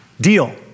deal